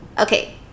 Okay